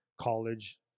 college